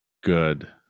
good